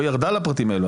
לא ירדה לפרטים האלה.